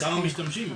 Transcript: כמה משתמשים?